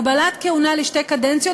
הגבלת כהונה לשתי קדנציות.